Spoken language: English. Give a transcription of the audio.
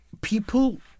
people